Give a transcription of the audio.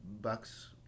Bucks